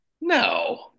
no